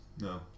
no